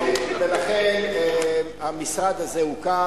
לכן המשרד הזה הוקם.